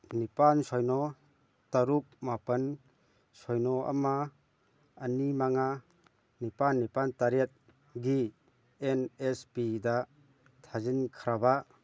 ꯅꯤꯄꯥꯜ ꯁꯤꯅꯣ ꯇꯔꯨꯛ ꯃꯥꯄꯜ ꯁꯤꯅꯣ ꯑꯃ ꯑꯅꯤ ꯃꯉꯥ ꯅꯤꯄꯥꯜ ꯅꯤꯄꯥꯜ ꯇꯔꯦꯠꯀꯤ ꯑꯦꯟ ꯑꯦꯁ ꯄꯤꯗ ꯊꯥꯖꯤꯟꯈ꯭ꯔꯕ